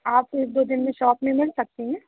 आप एक दो दिन में शॉप में मिल सकतीं हैं